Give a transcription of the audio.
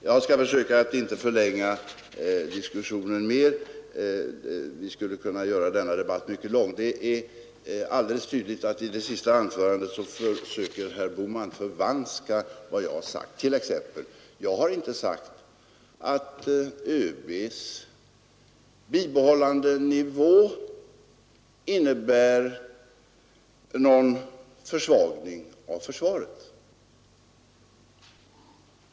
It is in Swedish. Herr talman! Jag skall försöka att inte förlänga diskussionen mer — vi skulle kunna göra denna debatt mycket lång. Det är alldeles tydligt att herr Bohman i sitt senaste anförande försöker förvanska vad jag sagt. Jag har t.ex. inte sagt att ÖB:s bibehållandenivå innebär någon försvagning av försvaret.